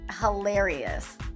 hilarious